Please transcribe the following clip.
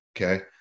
okay